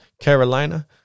Carolina